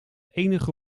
enige